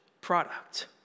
product